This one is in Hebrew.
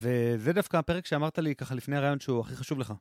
וזה דווקא הפרק שאמרת לי ככה לפני הרעיון שהוא הכי חשוב לך.